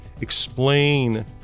explain